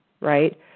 Right